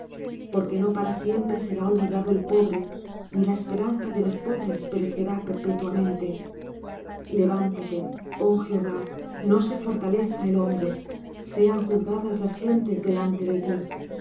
porque no para siempre será olvidado el pobre ni la esperanza de los pobres perecerá perpetuamente levántate oh jehová no se fortalezca el hombre sean juzgadas las gentes delante de ti